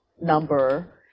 number